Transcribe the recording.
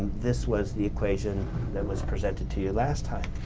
this was the equation that was presented to you last time.